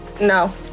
No